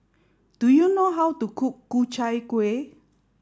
do you know how to cook Ku Chai Kuih